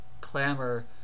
clamor